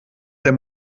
der